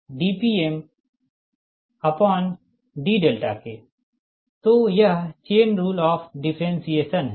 तो यह chain rule of differentiation हैं